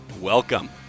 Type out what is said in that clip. welcome